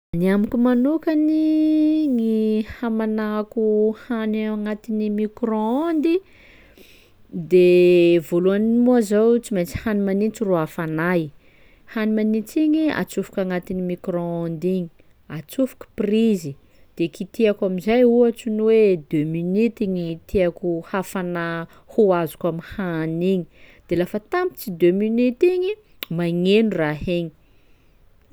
Gny amiko manokany gny hamanako hany ao agnatin'ny micro-ondes de voalohany moa zao tsy maintsy hany manintsy ro hafanay, hany manintsy igny atsofoko agnatin'ny micro-ondes igny, atsofoko prizy, de kitihako am'izay ohatsy ny hoe deux minuty gny tiako hafana ho azoko amy hany igny de lafa tampitsy deux minuty igny magneno raha igny.